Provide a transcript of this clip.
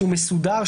שהוא מסודר,